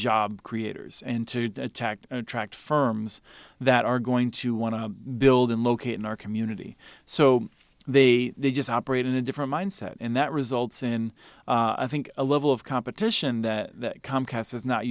job creators and to attack attract firms that are going to want to build and locate in our community so they just operate in a different mindset and that results in i think a level of competition that comcast is not